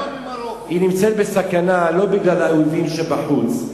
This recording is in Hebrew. היא נמצאת בסכנה לא בגלל האויבים שבחוץ,